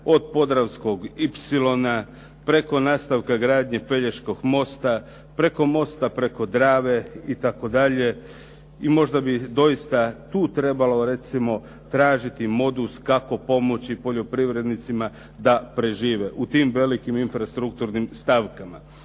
od Podravskog ipsilona, preko nastavka gradnje Pelješkog mosta, preko mosta preko Drave itd.. I možda bi doista tu trebalo recimo tražiti modus kako pomoći poljoprivrednicima da prežive u tim velikim infrastrukturnim stavkama.